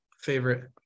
favorite